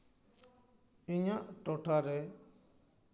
ᱤᱧᱟᱹᱜ ᱴᱚᱴᱷᱟᱨᱮ